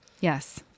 yes